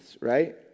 right